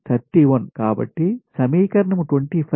కాబట్టి సమీకరణం 25 ఇది